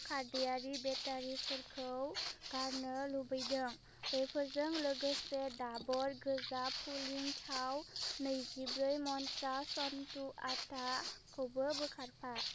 खार्दैआरि बेटारिफोरखौ गारनो लुबैदोंं बेफोरजों लोगोसे डाबर गोजा कुलिं थाव नैजिब्रै मन्त्रा सन्तु आताखौबो बोखारफा